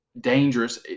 dangerous